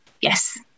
yes